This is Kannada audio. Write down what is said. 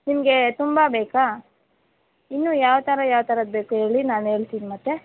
ನಿಮಗೆ ತುಂಬ ಬೇಕಾ ಇನ್ನೂ ಯಾವ ಥರ ಯಾವ್ತರದ್ದು ಬೇಕು ಹೇಳಿ ನಾನು ಹೇಳ್ತೀನಿ ಮತ್ತೆ